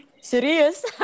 serious